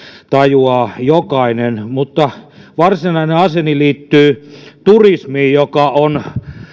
tajuaa jokainen varsinainen asiani liittyy turismiin joka on